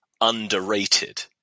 underrated